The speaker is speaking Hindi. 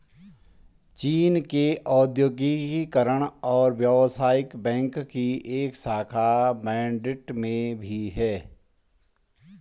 चीन के औद्योगिक और व्यवसायिक बैंक की एक शाखा मैड्रिड में भी है